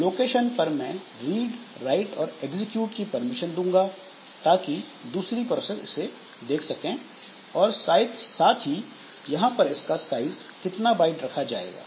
location पर मैं read write और एग्जीक्यूट की परमिशन दूंगा ताकि दूसरी प्रोसेस इसे देख सकें और साथ ही यहां पर इसका साइज कितना बाइट रखा जाएगा